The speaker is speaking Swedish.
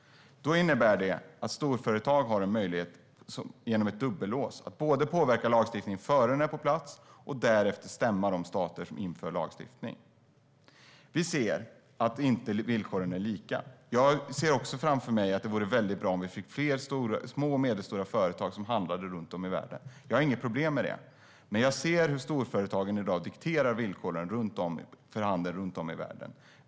Detta innebär att storföretag har en möjlighet att genom ett dubbellås både påverka lagstiftningen innan den är på plats och därefter stämma de stater som har infört den. Vi ser att villkoren inte är lika. Jag ser också framför mig att det vore bra om vi fick fler små och medelstora företag som handlade runt om i världen - jag har inget problem med det. Men jag ser hur storföretagen i dag dikterar villkoren för handeln runt om i världen.